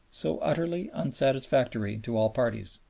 so utterly unsatisfactory to all parties.